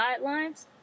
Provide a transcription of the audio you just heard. guidelines